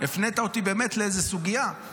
הפנית אותי באמת לאיזו סוגיה.